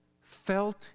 felt